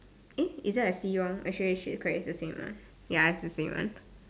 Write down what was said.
eh is it I see wrong okay actually correct it's the same one ya it's the same one